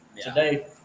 today